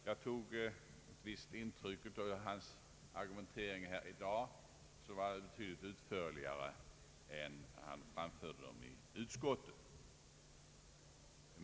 Jag tog ett visst intryck av hans argumentering i dag. Den var betydligt utförligare nu än när han framförde den i utskottet.